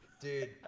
Dude